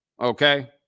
okay